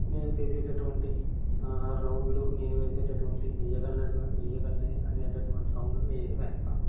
నేను చేసేటటువంటి రౌండ్లు నేను వేసేటటువంటి వేయగల వేయగలను అనేటటువంటివి రౌండ్లు వేసి వేస్తాను